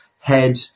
head